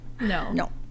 No